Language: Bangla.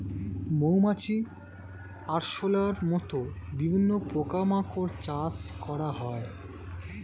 মৌমাছি, আরশোলার মত বিভিন্ন পোকা মাকড় চাষ করা হয়